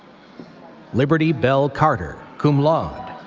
liberty belle carter, cum laude.